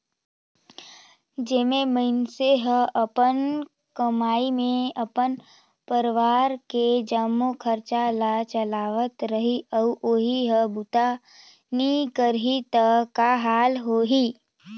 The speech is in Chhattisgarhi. जेन मइनसे हर अपन कमई मे अपन परवार के जम्मो खरचा ल चलावत रही अउ ओही हर बूता नइ करही त का हाल होही